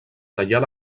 tallar